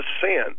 sin